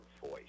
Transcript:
voice